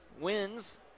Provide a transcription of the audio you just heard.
wins